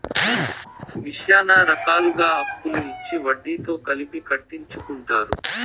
శ్యానా రకాలుగా అప్పులు ఇచ్చి వడ్డీతో కలిపి కట్టించుకుంటారు